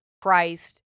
christ